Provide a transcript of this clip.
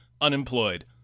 unemployed